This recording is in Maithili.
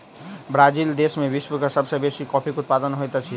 ब्राज़ील देश में विश्वक सब सॅ बेसी कॉफ़ीक उत्पादन होइत अछि